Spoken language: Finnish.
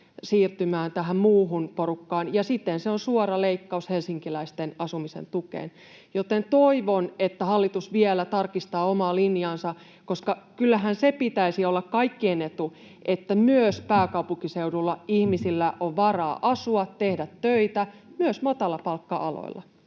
siirtymään tähän muuhun porukkaan, ja sitten se on suora leikkaus helsinkiläisten asumisen tukeen. Joten toivon, että hallitus vielä tarkistaa omaa linjaansa, koska kyllähän se pitäisi olla kaikkien etu, että myös pääkaupunkiseudulla ihmisillä on varaa asua, tehdä töitä, myös matalapalkka-aloilla.